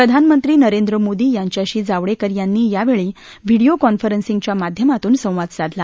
प्रधानमंत्री नरेंद्र मोदी यांच्याशी जावडक्ति यांनी यावछी व्हिडिओ कॉन्फरसिंगच्या माध्यमातून संवाद साधला